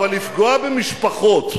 אבל לפגוע במשפחות,